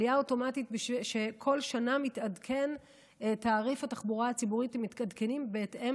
וכל שנה מתעדכן תעריף התחבורה הציבורית בהתאם